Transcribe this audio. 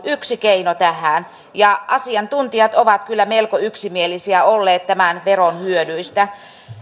keino tähän asiantuntijat ovat kyllä melko yksimielisiä olleet tämän veron hyödyistä